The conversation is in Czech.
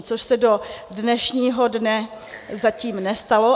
Což se do dnešního dne zatím nestalo.